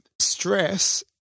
stress